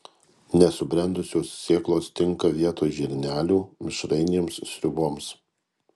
nesubrendusios sėklos tinka vietoj žirnelių mišrainėms sriuboms